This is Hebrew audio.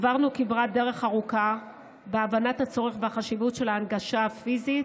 עברנו כברת דרך ארוכה בהבנת הצורך והחשיבות של ההנגשה הפיזית,